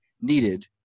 needed